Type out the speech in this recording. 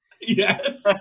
Yes